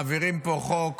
מעבירים פה חוק